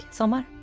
sommar